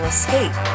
Escape